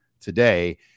today